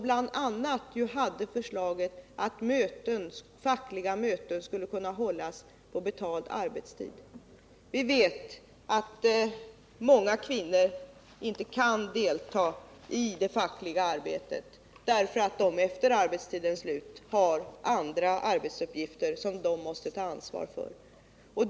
Den föreslog ju bl.a. att fackliga möten skulle kunna hållas på betald arbetstid. Vi vet att många kvinnor inte kan delta i det fackliga arbetet, eftersom de efter arbetstidens slut har andra arbetsuppgifter som de måste ta ansvar för.